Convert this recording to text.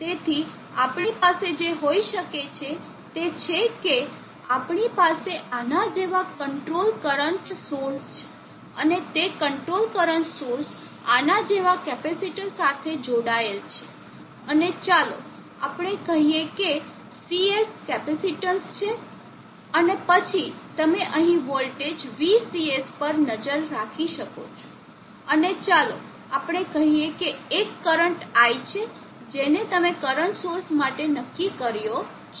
તેથી આપણી પાસે જે હોઈ શકે છે તે છે કે આપણી પાસે આના જેવા કંટ્રોલ કરંટ સોર્સ છે અને તે કંટ્રોલ કરંટ સોર્સ આના જેવા કેપેસિટર સાથે જોડાયેલ છે અને ચાલો આપણે કહીએ કે CS કેપેસિટીન્સ છે અને પછી તમે અહીં વોલ્ટેજ vCS પર નજર રાખી શકો છો અને ચાલો આપણે કહીએ કે એક કરંટ I છે જેને તમે કરંટ સોર્સ માટે નક્કી કર્યો છે